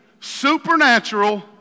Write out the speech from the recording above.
supernatural